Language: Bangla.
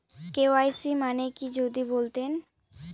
কে.ওয়াই.সি মানে কি যদি বলতেন?